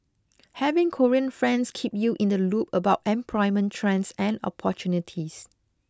having Korean friends keep you in the loop about employment trends and opportunities